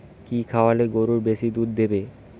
কি খাওয়ালে গরু বেশি দুধ দেবে?